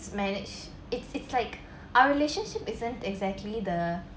manage it's it's like our relationship isn't exactly the